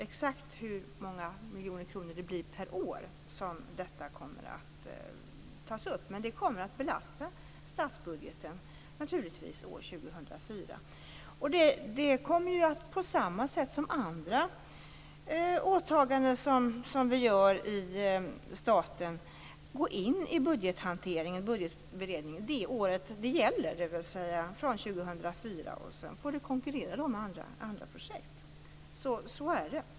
Exakt hur många miljoner kronor det blir per år beror på vilken realränta som det handlar om. Men det kommer naturligtvis att belasta statsbudgeten år 2004. Det kommer att på samma sätt som andra åtaganden som vi gör i staten gå in i budgetberedningen det år det gäller, dvs. år 2004. Sedan får det konkurrera med andra projekt. Så är det.